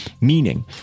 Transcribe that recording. Meaning